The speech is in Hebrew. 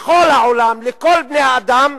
בכל העולם, לכל בני-האדם,